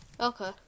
Okay